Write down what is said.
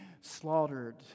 slaughtered